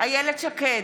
איילת שקד,